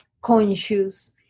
conscious